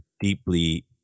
deeply